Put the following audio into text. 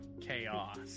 chaos